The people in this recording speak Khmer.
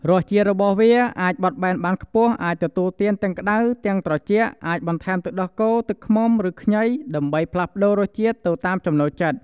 រសជាតិរបស់វាអាចបត់បែនបានខ្ពស់ អាចទទួលទានទាំងក្តៅ ទាំងត្រជាក់ អាចបន្ថែមទឹកដោះគោ ទឹកឃ្មុំ ឬខ្ញី ដើម្បីផ្លាស់ប្តូររសជាតិទៅតាមចំណូលចិត្ត។